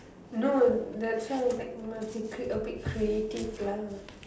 no that's why like must be a bit a bit creative lah